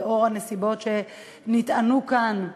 לאור הנסיבות שנטענו כאן,